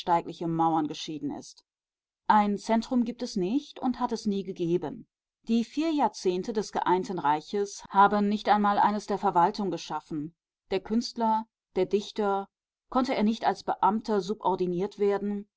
mauern geschieden ist ein zentrum gibt es nicht und hat es nie gegeben die vier jahrzehnte des geeinten reiches haben nicht einmal eines der verwaltung geschaffen der künstler der dichter konnte er nicht als beamter subordiniert werden